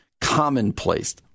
commonplace